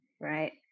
right